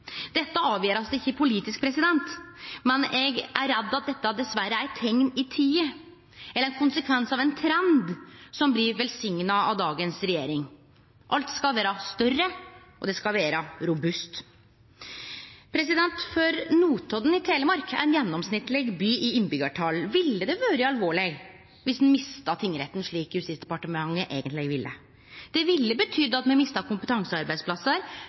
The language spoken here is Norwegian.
Dette blir ikkje avgjort politisk, men eg er redd for at dette dessverre er eit teikn i tida, eller ein konsekvens av ein trend som blir velsigna av dagens regjering. Alt skal vere større, og det skal vere robust. For Notodden i Telemark, ein gjennomsnittleg by i innbyggjartal, ville det vore alvorleg dersom ein miste tingretten, slik Justisdepartementet eigentleg ville. Det ville betydd at me miste kompetansearbeidsplassar.